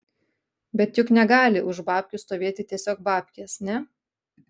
bet juk negali už babkių stovėti tiesiog babkės ne